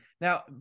now